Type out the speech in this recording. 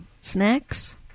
Snacks